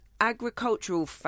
agricultural